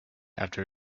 after